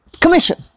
Commission